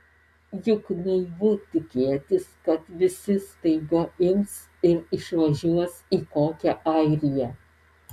juk naivu tikėtis kad visi staiga ims ir išvažiuos į kokią airiją